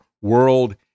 World